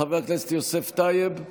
חבר הכנסת יוסף טייב,